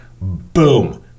boom